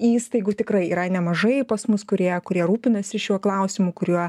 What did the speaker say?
įstaigų tikrai yra nemažai pas mus kurie kurie rūpinasi šiuo klausimu kuriuo